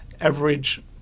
average